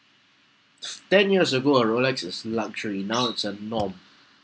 ten years ago a rolex is luxury now is a norm